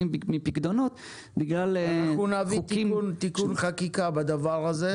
מפיקדונות בגלל חוקים --- אנחנו נביא תיקון חקיקה בדבר הזה.